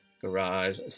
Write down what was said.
garage